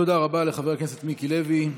תודה רבה לחבר הכנסת מיקי לוי.